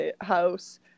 house